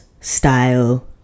style